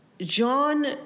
John